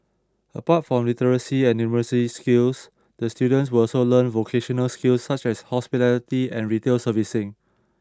apart from literacy and numeracy skills the students will also learn vocational skills such as hospitality and retail servicing